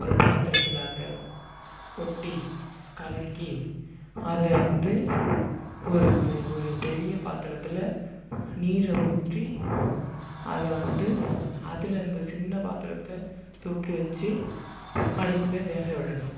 ஒரு பாத்திரத்துல அதை கொட்டி கலக்கி அதைவந்து ஒரு ஒரு பெரிய பாத்திரத்துல நீர ஊற்றி அதை வந்து அதில் இந்த சின்ன பாத்திரத்தை தூக்கி வச்சு அடுப்பில் வேக விடணும்